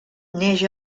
neix